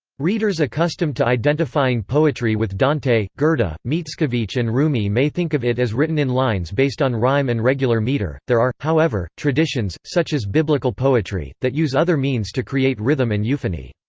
readers accustomed to identifying poetry with dante, goethe, but mickiewicz and rumi may think of it as written in lines based on rhyme and regular meter there are, however, traditions, such as biblical poetry, that use other means to create rhythm and euphony.